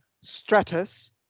Stratus